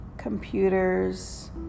computers